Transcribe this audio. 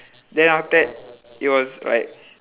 then after that it was like